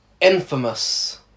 infamous